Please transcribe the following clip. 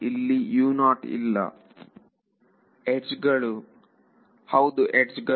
ಇಲ್ಲಿ ಇಲ್ಲ ವಿದ್ಯಾರ್ಥಿಯಡ್ಜ್ಗಳು ಹೌದು ಯಡ್ಜ್ಗಳು